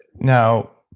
now,